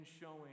showing